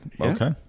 okay